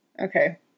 Okay